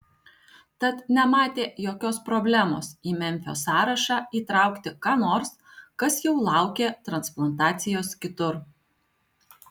tad nematė jokios problemos į memfio sąrašą įtraukti ką nors kas jau laukė transplantacijos kitur